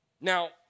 Now